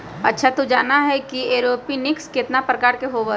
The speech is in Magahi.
अच्छा तू जाना ही कि एरोपोनिक्स कितना प्रकार के होबा हई?